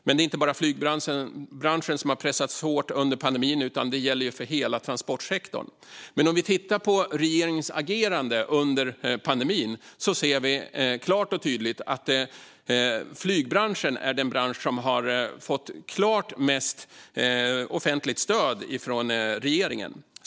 Men det är inte bara flygbranschen som har pressats hårt under pandemin utan hela transportsektorn. Om vi tittar på regeringens agerande under pandemin ser vi klart och tydligt att flygbranschen är den bransch som har fått mest offentligt stöd från regeringen.